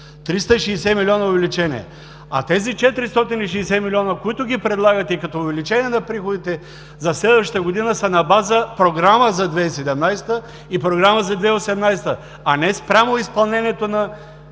към края на годината, а тези 460 млн. лв., които ги предлагате като увеличение на приходите за следващата година, са на база програма за 2017 г. и програма за 2018 г., а не спрямо изпълнението на